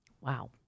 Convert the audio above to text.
Wow